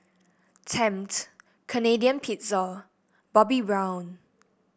Tempt Canadian Pizza Bobbi Brown